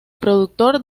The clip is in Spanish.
productor